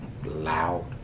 loud